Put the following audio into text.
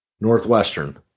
Northwestern